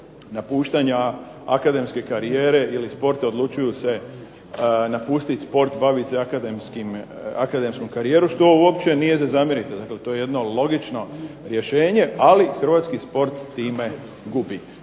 napuštanja akademske karijere ili sporta odlučuju se napustiti sport, baviti se akademskom karijerom što uopće nije za zamjeriti. Dakle, to je jedno logično rješenje ali hrvatski sport time gubi.